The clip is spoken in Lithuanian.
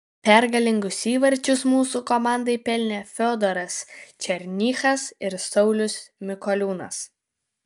pergalingus įvarčius mūsų komandai pelnė fiodoras černychas ir saulius mikoliūnas